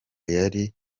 yari